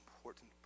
important